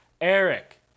Eric